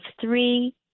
three